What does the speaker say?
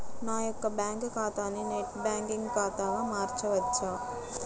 నా యొక్క బ్యాంకు ఖాతాని నెట్ బ్యాంకింగ్ ఖాతాగా మార్చవచ్చా?